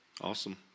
awesome